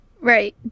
Right